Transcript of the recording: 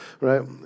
right